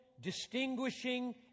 distinguishing